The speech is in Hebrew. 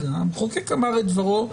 המחוקק אמר את דברו.